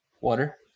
Water